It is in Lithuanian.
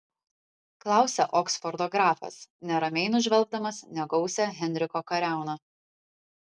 klausia oksfordo grafas neramiai nužvelgdamas negausią henriko kariauną